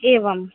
एवं